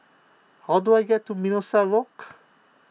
how do I get to Mimosa Walk